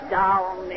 down